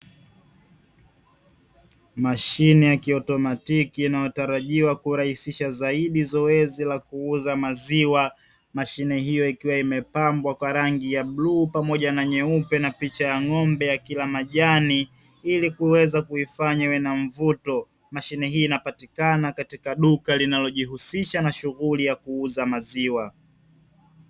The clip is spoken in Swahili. Mashine ya kiautomatiki inayotarajiwa kurahisisha zaidi zoezi la kuuza maziwa, mashine hiyo ikiwa imepambwa kwa rangi ya bluu pamoja na nyeupe, na picha ya ng'ombe akila majani; ili kuweza kuifanya iwe na mvuto. Mashine hii inapatikana katika duka linalojihusisha na shughuli ya kuuza maziwa.